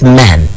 men